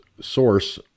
source